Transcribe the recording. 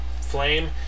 Flame